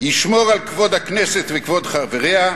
ישמור על כבוד הכנסת וכבוד חבריה,